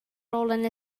rolling